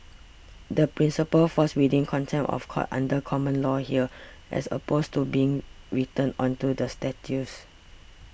the principle falls within contempt of court under common law here as opposed to being written onto the statutes